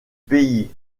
pays